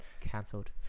Cancelled